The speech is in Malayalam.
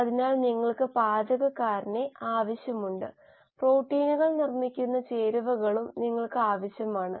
അതിനാൽ നിങ്ങൾക്ക് പാചകക്കാരനെ ആവശ്യമുണ്ട് പ്രോട്ടീനുകൾ നിർമ്മിക്കുന്ന ചേരുവകളും നിങ്ങൾക്ക് ആവശ്യമാണ്